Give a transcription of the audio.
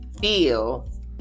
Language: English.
feel